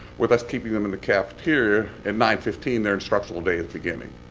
with us keeping them in the cafeteria, at nine fifteen their instructional day is beginning,